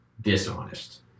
dishonest